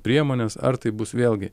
priemones ar tai bus vėlgi